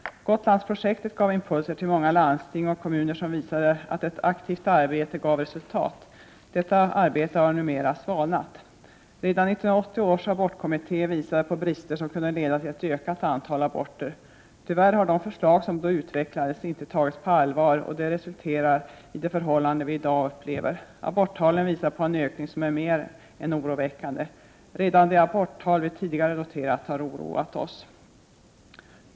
Gotlandsprojektet gav impulser till många landsting och kommuner, som visade att ett aktivt arbete gav resultat. Detta arbete har numera avtagit. Redan 1980 års abortkommitté visade på brister som kunde leda till ett ökat antal aborter. Tyvärr har de förslag som då utvecklades inte tagits på allvar, och det har resulterat i det förhållande vi ser i dag. Aborttalen visar på en ökning som är mer än oroväckande. Redan de aborttal vi tidigare noterat har oroat Oss.